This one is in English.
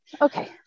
okay